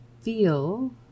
feel